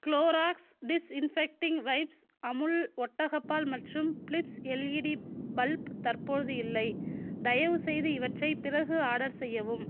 Clorox disinfecting wipes Amul ஒட்டகப்பால் மற்றும் Philips LED bulb தற்போது இல்லை தயவுசெய்து இவற்றைப் பிறகு ஆர்டர் செய்யவும்